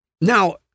Now